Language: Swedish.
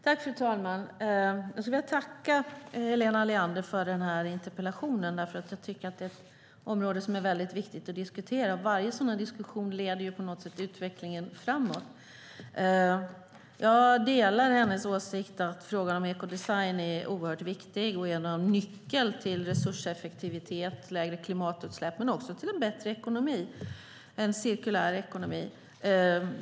Fru talman! Jag skulle vilja tacka Helena Leander för interpellationen. Det är ett område som är viktigt att diskutera. Varje sådan diskussion leder på något sätt utvecklingen framåt. Jag delar Helena Leanders åsikt att frågan om ekodesign är oerhört viktig och är en nyckel till resurseffektivitet, lägre klimatutsläpp och bättre ekonomi - en cirkulär ekonomi.